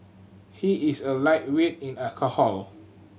he is a lightweight in alcohol